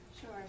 Sure